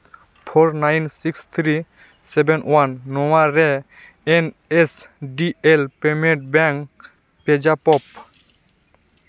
four nine six three seven one ᱱᱚᱣᱟ ᱨᱮ N S D L payment bank ᱯᱨᱮᱡᱟᱯᱚᱯ